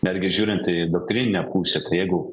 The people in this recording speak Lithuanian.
netgi žiūrinti į doktrinę pusę tai jeigu